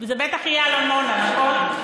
זה בטח יהיה על עמונה, נכון?